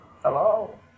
Hello